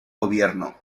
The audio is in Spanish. gobierno